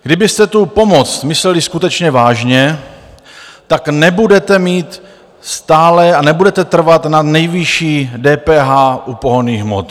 Kdybyste tu pomoc mysleli skutečně vážně, tak nebudete mít stále a nebudete trvat na nejvyšší DPH u pohonných hmot.